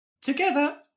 Together